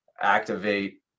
activate